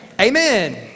amen